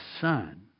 Son